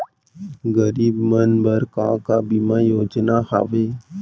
गरीब मन बर का का बीमा योजना हावे?